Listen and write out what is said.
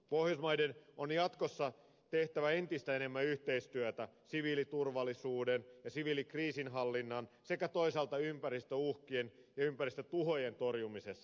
pohjoismaiden on jatkossa tehtävä entistä enemmän yhteistyötä siviiliturvallisuudessa ja siviilikriisinhallinnassa sekä toisaalta ympäristöuhkien ja ympäristötuhojen torjumisessa